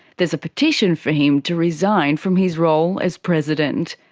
there's a petition for him to resign from his role as president.